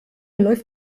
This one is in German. läuft